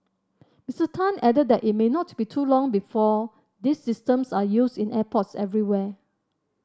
Mister Tan added that it may not be too long before these systems are used in airports everywhere